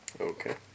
Okay